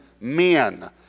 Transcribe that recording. men